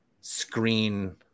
screen